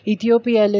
Ethiopia